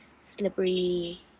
slippery